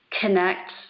connect